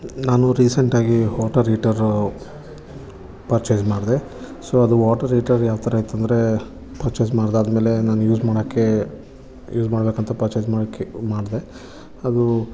ನಾನು ರೀಸೆಂಟಾಗಿ water heater purchase ಮಾಡಿದೆ ಸೊ ಅದು ವಾಟರ್ ಹೀಟರ್ ಯಾವ ಥರ ಇತ್ತಂದರೆ ಪರ್ಚೇಸ್ ಮಾಡ್ದಾದ್ಮೇಲೆ ನಾನು ಯೂಸ್ ಮಾಡೋಕ್ಕೆ ಯೂಸ್ ಮಾಡಬೇಕಂತ ಪರ್ಚೇಸ್ ಮಾಡೋಕ್ಕೆ ಮಾಡಿದೆ ಅದು